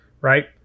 right